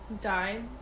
died